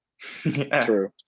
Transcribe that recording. True